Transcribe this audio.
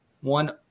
one